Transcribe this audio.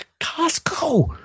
Costco